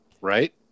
Right